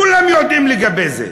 כולם יודעים לגבי זה,